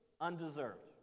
Undeserved